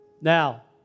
Now